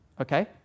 Okay